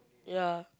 ya